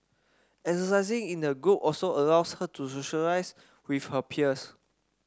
exercising in a group also allows her to socialise with her peers